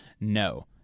no